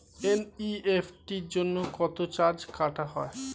NEFT জন্য কত charge কাটা হয়?